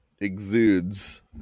exudes